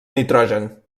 nitrogen